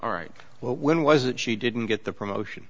all right well when was it she didn't get the promotion